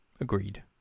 Agreed